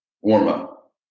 warm-up